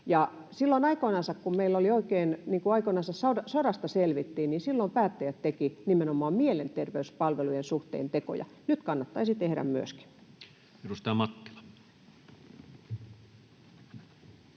Silloin aikoinansa, kun meillä sodasta selvittiin, päättäjät tekivät nimenomaan mielenterveyspalvelujen suhteen tekoja. Nyt kannattaisi tehdä myöskin. Edustaja Mattila.